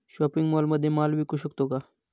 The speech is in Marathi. शॉपिंग मॉलमध्ये माल विकू शकतो का?